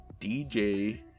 DJ